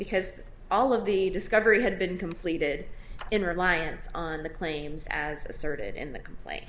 because all of the discovery had been completed in reliance on the claims as asserted in the complain